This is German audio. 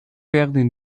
werden